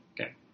Okay